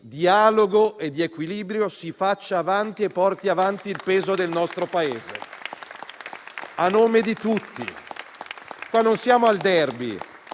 dialogo e di equilibrio. Si faccia avanti e porti avanti il peso del nostro Paese*,* a nome di tutti. Qua non siamo al *derby;*